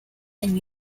and